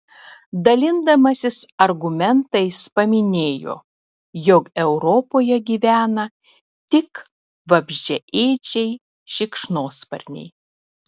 dalindamasis argumentais paminėjo jog europoje gyvena tik vabzdžiaėdžiai šikšnosparniai